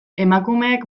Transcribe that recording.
emakumeek